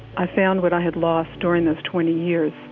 i found what i had lost during those twenty years,